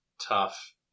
tough